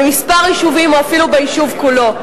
במספר יישובים או אפילו ביישוב כולו.